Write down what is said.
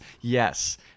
Yes